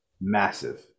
Massive